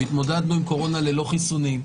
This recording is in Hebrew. והתמודדנו עם קורונה ללא חיסונים.